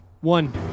One